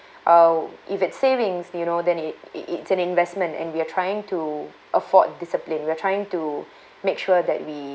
uh if it's savings you know then it it's an investment and we are trying to afford discipline we're trying to make sure that we